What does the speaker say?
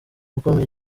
ukomeye